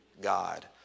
God